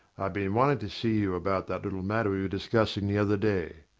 been wanting to see you about that little matter we were discussing the other day.